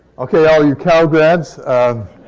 okay. all you cal grads.